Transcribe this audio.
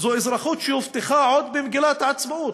אזרחות שהובטחה עוד במגילת העצמאות,